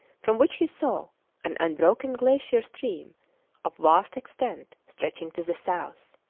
from which he saw an unbroken glacier stream of vast extent stretching to the south.